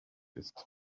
ist